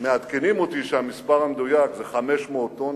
מעדכנים אותי שהמספר המדויק זה 500 טון,